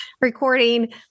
recording